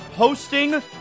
Hosting